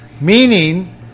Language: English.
Meaning